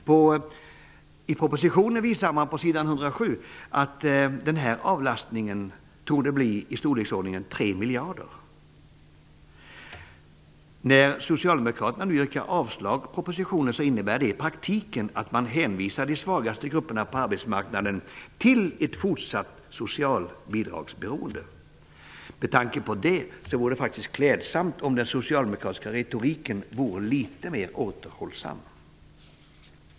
På s. 107 i propositionen visas att avlastningen torde bli i storleksordningen 3 miljarder kronor. När socialdemokraterna nu yrkar avslag på propositionen innebär det i praktiken att de hänvisar de svagaste grupperna på arbetsmarknaden till ett fortsatt socialbidragsberoende. Med tanke på det vore det klädsamt om den socialdemokratiska retoriken vore litet mera återhållsam.